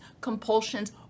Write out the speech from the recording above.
compulsions